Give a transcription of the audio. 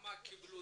כמה קיבלו